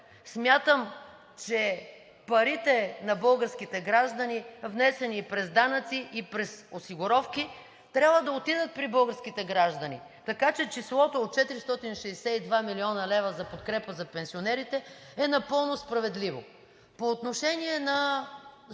Смятам, че парите на българските граждани, внесени през данъци и през осигуровки, трябва да отидат при българските граждани, така че числото от 462 млн. лв. за подкрепа за пенсионерите е напълно справедливо. (Реплика